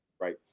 right